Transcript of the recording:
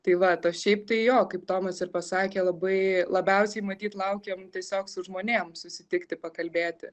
tai vat o šiaip tai jo kaip tomas ir pasakė labai labiausiai matyt laukiam tiesiog su žmonėm susitikti pakalbėti